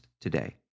today